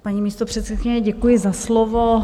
Paní místopředsedkyně, děkuji za slovo.